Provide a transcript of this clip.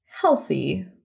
healthy